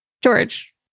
George